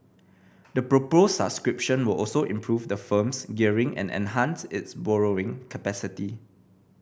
the proposed subscription will also improve the firm's gearing and enhance its borrowing capacity